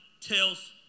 tells